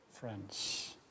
friends